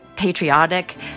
Patriotic